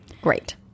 Great